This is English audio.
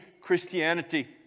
Christianity